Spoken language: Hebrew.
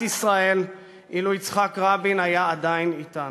ישראל אילו יצחק רבין היה עדיין אתנו.